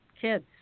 kids